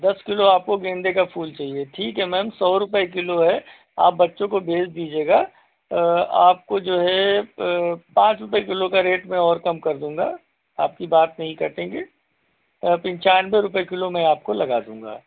दस किलो आपको गेंदे का फूल चाहिए ठीक है मैम सौ रुपये किलो है आप बच्चों को भेज़ दीजिएगा आपको जो है पाँच रुपये किलो का रेट मैं और कम कर दूँगा आपकी बात नहीं काटेंगे पंचानवे रुपये किलो मैं आपको लगा दूँगा